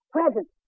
Present